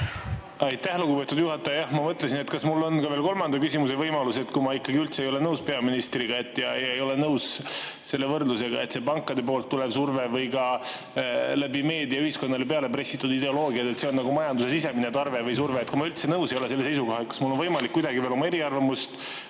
Aitäh, lugupeetud juhataja! Ma mõtlesin, kas mul on veel ka kolmanda küsimuse võimalus, kui ma ikkagi üldse ei ole nõus peaministriga ja ei ole nõus selle võrdlusega, et see pankade poolt tulev surve või ka meedias ühiskonnale pealepressitud ideoloogia on nagu majanduse sisemine tarve või surve. Kui ma üldse nõus ei ole selle seisukohaga, kas mul on võimalik kuidagi veel oma eriarvamust